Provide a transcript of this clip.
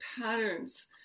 patterns